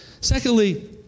Secondly